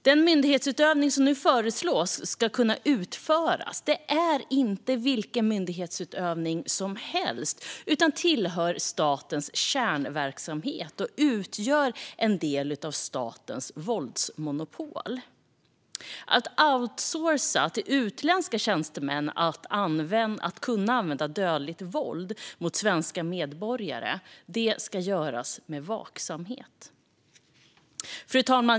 Den myndighetsutövning som nu föreslås ska kunna utföras är inte vilken myndighetsutövning som helst utan tillhör statens kärnverksamhet och utgör en del av statens våldsmonopol. Att outsourca till utländska tjänstemän att kunna använda dödligt våld mot svenska medborgare ska göras med vaksamhet. Fru talman!